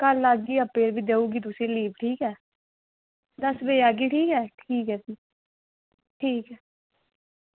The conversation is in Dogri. कल्ल आह्गी आपें फ्ही देई ओड़गी तुसें गी लीव ठीक ऐ दस्स बजे आह्गी ठीक ऐ ठीक ऐ फ्ही